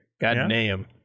goddamn